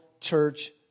church